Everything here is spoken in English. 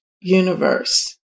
universe